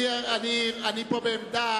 אני פה בעמדה